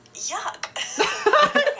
yuck